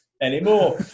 anymore